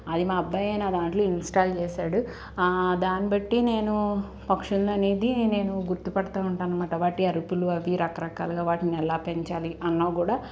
అది మా అబ్బాయే నా దాంట్లో ఇన్స్టాల్ చేసాడు దాని బట్టి నేను పక్షులననేది నేను గుర్తు పడతా ఉంటాననమాట వాటి అరుపులు అవి రకరకాల వాటిని ఎలా పెంచాలి అన్నా కూడా